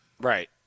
Right